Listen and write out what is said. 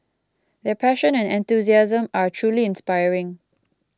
their passion and enthusiasm are truly inspiring